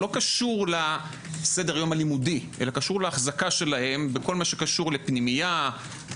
לא קשור לסדר-היום הלימודי אלא קשור לאחזקה שלהם בכל מה שקשור לפנימייה.